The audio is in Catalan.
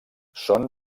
són